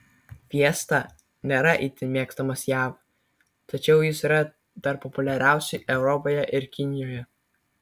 fiesta nėra itin mėgstamas jav tačiau jis yra tarp populiariausių europoje ir kinijoje